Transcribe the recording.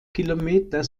kilometer